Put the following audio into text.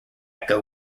echo